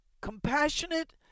compassionate